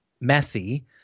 messy